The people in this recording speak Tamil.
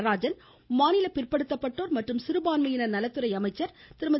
நடராஜன் மாநில பிற்படுத்தப்பட்டோர் மற்றும் சிறுபான்மையினர் நலத்துறை அமைச்சர் திருமதி